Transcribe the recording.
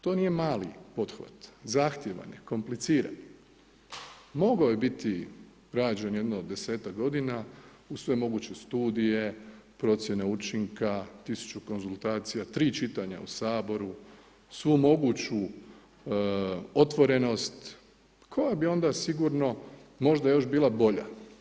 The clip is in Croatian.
To nije mali pothvat, zahtjevan je, kompliciran, mogao je biti rađen, jedno 10-tak g. uz sve moguće studije, procjene učinka, 1000 konzultaciju, 3 čitanja u Saboru, svu moguću otvorenost, koja bi onda sigurno možda još bila bolja.